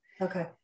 Okay